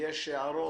יש הערות?